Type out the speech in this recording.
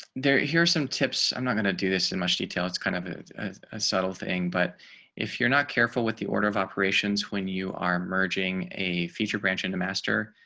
there. here's some tips. i'm not going to do this in much detail. it's kind of a subtle thing. but if you're not careful with the order of operations when you are merging a feature branch into master.